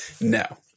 No